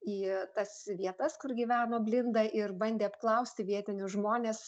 į tas vietas kur gyveno blinda ir bandė apklausti vietinius žmones